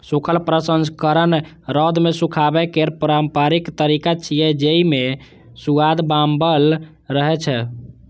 सूखल प्रसंस्करण रौद मे सुखाबै केर पारंपरिक तरीका छियै, जेइ मे सुआद बांचल रहै छै